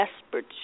desperate